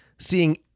seeing